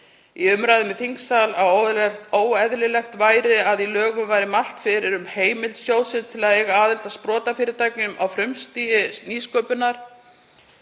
í umræðum í þingsal að óeðlilegt væri að í lögunum væri mælt fyrir um heimild sjóðsins til að eiga aðild að sprotafyrirtækjum á frumstigi nýsköpunar,